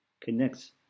connects